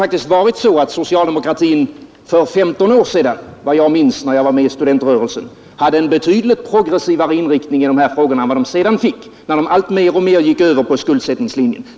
Socialdemokraterna hade faktiskt för 15 år sedan — såvitt jag minns från den tid då jag var med i studentrörelsen — en betydligt progressivare inriktning i dessa frågor än de fick sedan, när de mer och mer gick över på skuldsättningslinjen.